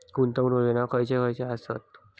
गुंतवणूक योजना खयचे खयचे आसत?